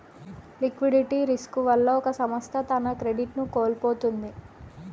liquidity risk వల్ల ఒక సంస్థ తన క్రెడిట్ ను కోల్పోతుంది